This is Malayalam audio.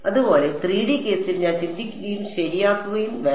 അതുപോലെ 3D കേസിൽ ഞാൻ ചിന്തിക്കുകയും ശരിയാക്കുകയും വേണം